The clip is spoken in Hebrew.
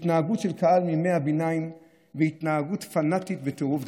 התנהגות של קהל מימי הביניים והתנהגות פנטית בטירוף דתי,